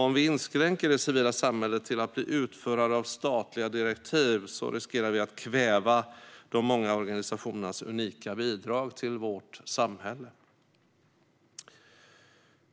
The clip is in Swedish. Om vi inskränker det civila samhället till att bli utförare av statliga direktiv riskerar vi att kväva de många organisationernas unika bidrag till vårt samhälle.